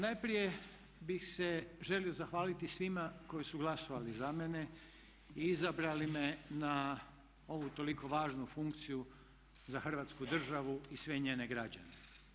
Najprije bih se želio zahvaliti svima koji su glasovali za mene i izabrali me na ovu toliko važnu funkciju za Hrvatsku državu i sve njene građane.